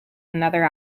another